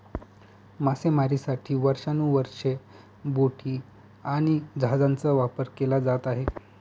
मासेमारीसाठी वर्षानुवर्षे बोटी आणि जहाजांचा वापर केला जात आहे